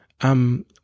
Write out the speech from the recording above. Um